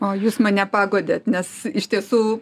o jūs mane paguodėt nes iš tiesų